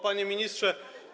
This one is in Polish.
Panie Ministrze!